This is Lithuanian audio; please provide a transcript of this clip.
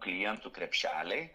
klientų krepšeliai